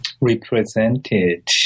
represented